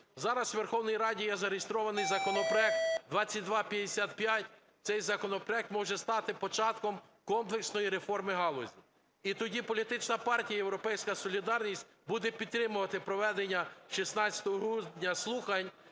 Зараз у Верховній Раді є зареєстрований законопроект 2255. Цей законопроект може стати початком комплексної реформи галузі. І тоді політична партія "Європейська солідарність" буде підтримувати проведення 16 грудня слухань,